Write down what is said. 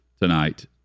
tonight